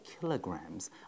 kilograms